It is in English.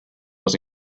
was